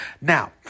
Now